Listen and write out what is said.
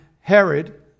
Herod